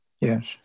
Yes